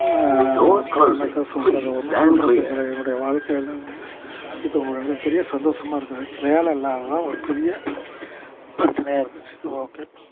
அப்புறம் என்னத்தை சொல்வது ஒன்றும் சொல்வதுக்கு கிடையாது என்னுடைய வாழ்க்கையில வந்து இப்போ ஒரு மிகப்பெரிய சந்தோஷமா இருக்குது வேலை இல்லாததுதான் ஒரு பெரிய பிரச்சினையா இருந்துச்சு ஓகே